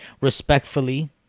Respectfully